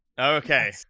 okay